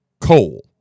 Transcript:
coal